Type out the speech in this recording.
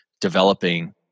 developing